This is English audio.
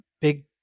big